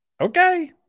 Okay